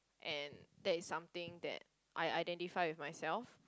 and that is something that I identify with myself